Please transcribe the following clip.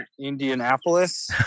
Indianapolis